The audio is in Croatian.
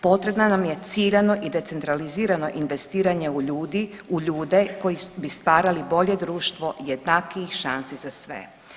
Potrebno nam je ciljano i decentralizirano investiranje u ljudi, u ljude koji bi stvarali bolje društvo jednakijih šansi za sve.